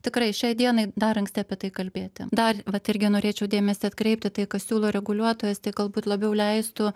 tikrai šiai dienai dar anksti apie tai kalbėti dar vat irgi norėčiau dėmesį atkreipt į tai ką siūlo reguliuotojas tai galbūt labiau leistų